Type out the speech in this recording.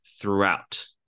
throughout